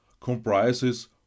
comprises